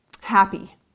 happy